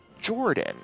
jordan